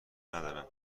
ندارم